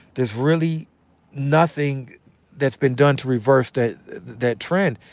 there's really nothing that's been done to reverse that that trend.